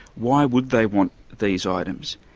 why would they want these items?